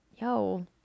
yo